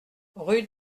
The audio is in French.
rue